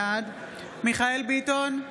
בעד מיכאל מרדכי ביטון,